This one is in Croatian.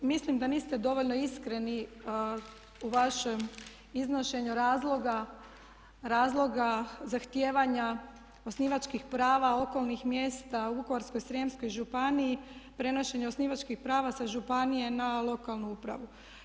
Mislim da niste dovoljno iskreni u vašem iznošenju razloga zahtijevanja osnivačkih prava okolnih mjesta u Vukovarsko-srijemskoj županiji, prenošenju osnivačkih prava sa županije na lokalnu upravu.